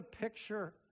picture